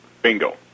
Bingo